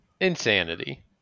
Insanity